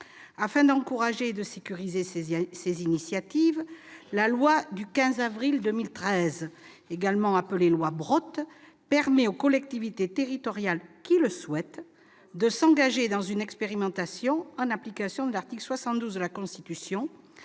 Afin d'encourager et de sécuriser ces initiatives, la loi du 15 avril 2013, également appelée « loi Brottes », permet aux collectivités territoriales qui le souhaitent de s'engager dans une expérimentation en application de l'article 72 de la Constitution,